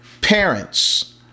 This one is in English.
parents